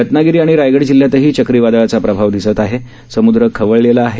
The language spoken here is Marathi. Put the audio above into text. रत्नागिरी आणि रायगड जिल्ह्यातही चक्रीवादळाचा प्रभाव दिसत असून समूद्र खवळलेला आहे